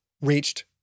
reached